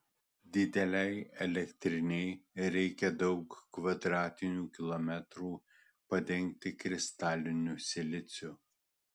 didelei elektrinei reikia daug kvadratinių kilometrų padengti kristaliniu siliciu